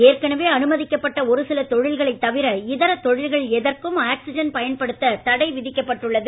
ஏற்கனவே அனுமதிக்கப்பட்ட ஒருசில தொழில்களைத் தவிர இதர தொழில்கள் எதற்கும் ஆக்ஸிஜன் பயன்படுத்த தடை விதிக்கப்பட்டுள்ளது